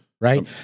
Right